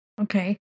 Okay